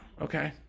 okay